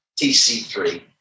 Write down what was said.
TC3